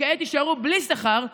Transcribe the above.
וכעת יישארו בלי שכר,